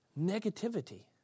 Negativity